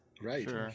Right